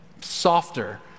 softer